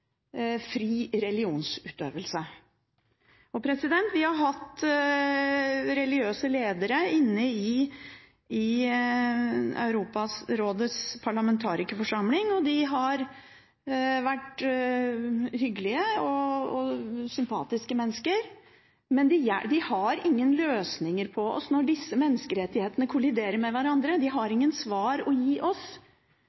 fri religionsutøvelse. Vi har hatt religiøse ledere i Europarådets parlamentarikerforsamling, og de har vært hyggelige og sympatiske mennesker, men de har ingen løsninger for oss når disse menneskerettighetene kolliderer med hverandre. De har